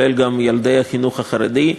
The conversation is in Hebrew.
כולל ילדי החינוך החרדי.